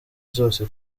zose